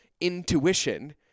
intuition